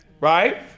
right